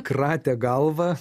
kratė galvą